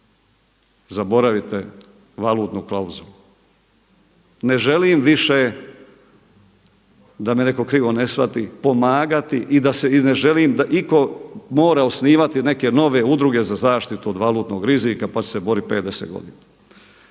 zaboravite valutnu klauzulu. Ne želim više, da me neko krivo ne shvati, pomagati i ne želim da iko mora osnivati neke nove udruge za zaštitu od valutnog rizika pa će se boriti